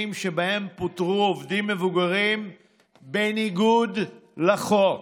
שבהם פוטרו עובדים מבוגרים בניגוד לחוק.